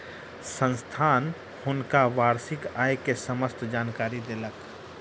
संस्थान हुनका वार्षिक आय के समस्त जानकारी देलक